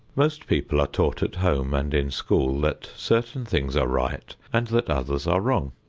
most people are taught at home and in school that certain things are right and that others are wrong.